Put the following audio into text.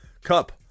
Cup